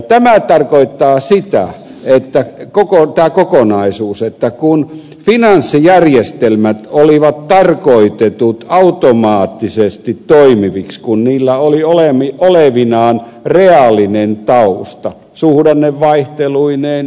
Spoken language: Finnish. tämä tarkoittaa sitä tämä kokonaisuus että kun finanssijärjestelmät olivat tarkoitetut automaattisesti toimiviksi kun niillä oli olevinaan reaalinen tausta suhdannevaihteluineen jnp